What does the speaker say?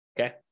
Okay